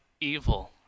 evil